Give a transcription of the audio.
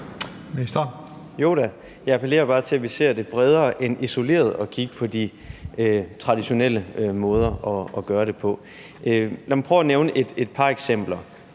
Jeg appellerer bare til, at vi ser bredere på det end ved isoleret at kigge på de traditionelle måder at gøre det på. Lad mig prøve at nævne et par eksempler.